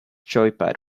joypad